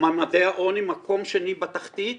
מעמדי העוני, מקום שני בתחתית,